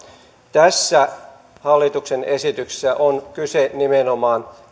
tässä hallituksen esityksessä on kyse nimenomaan